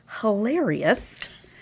hilarious